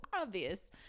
obvious